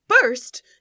first